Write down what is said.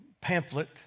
pamphlet